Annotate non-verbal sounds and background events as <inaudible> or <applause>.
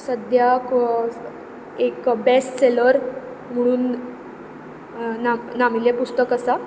सद्याक एक best seller म्हणून <unintelligible> नामिल्लें पुस्तक आसा